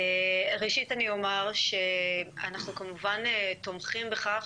ראשית אני אומר שאנחנו כמובן תומכים בכך